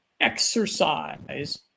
exercise